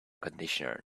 conditioner